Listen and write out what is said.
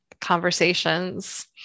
conversations